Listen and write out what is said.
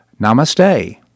Namaste